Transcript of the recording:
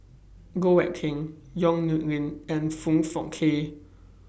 Goh Eck Kheng Yong Nyuk Lin and Foong Fook Kay